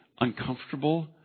uncomfortable